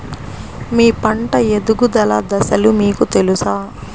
మీ పంట ఎదుగుదల దశలు మీకు తెలుసా?